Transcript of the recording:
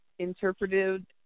interpreted